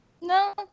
No